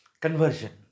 Conversion